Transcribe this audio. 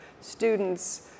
students